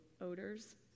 odors